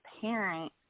parent